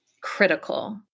critical